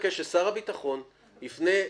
אני לא יודע, אני מניח שאתה אחד מהם בוודאי.